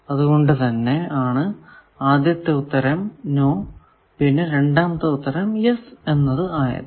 അതുകൊണ്ടു തന്നെ ആദ്യത്തെ ഉത്തരം നോ ആണ് രണ്ടാമത്തെ ഉത്തരം യെസ് ആണ്